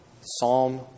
Psalm